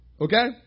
Okay